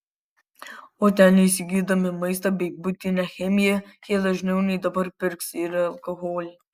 o ten įsigydami maistą bei buitinę chemiją jie dažniau nei dabar pirks ir alkoholį